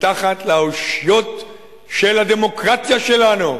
מתחת לאושיות הדמוקרטיה שלנו,